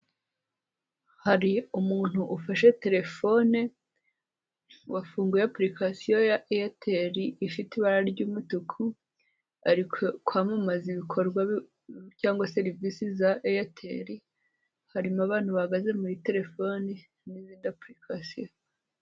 Hari umuntu ufashe telefone wafunguye apulikasiyo ya airtel ifite ibara ry'umutuku arikwamanaza ibikorwa cyagwa service za airtel harimo abantu baggage muri telefone muri apulikasiyo